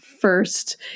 first